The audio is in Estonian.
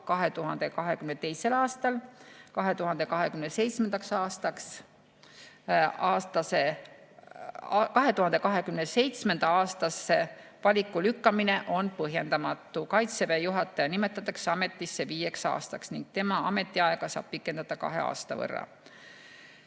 2022. aastal. 2027. aastasse valiku lükkamine on põhjendamatu. Kaitseväe juhataja nimetatakse ametisse viieks aastaks ning tema ametiaega saab pikendada kahe aasta võrra.